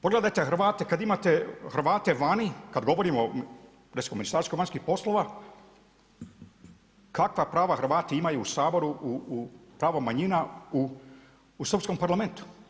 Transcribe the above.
Pogledajte Hrvate kad imate Hrvate vani, kad govorimo recimo Ministarstvo vanjskih poslova kakva prava Hrvati imaju u Saboru pravo manjina u srpskom Parlamentu.